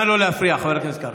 נא לא להפריע, חבר הכנסת קרעי.